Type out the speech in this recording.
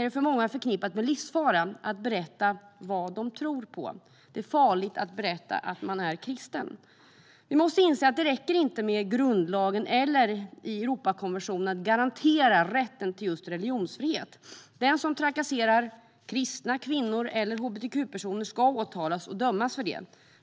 det för många förknippat med livsfara att berätta vad de tror på. Det är farligt att berätta att man är kristen. Vi måste inse att det inte räcker med grundlagen eller att i Europakonventionen garantera rätten till just religionsfrihet. Den som trakasserar kristna kvinnor eller hbtq-personer ska åtalas och dömas för det.